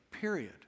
period